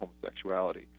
homosexuality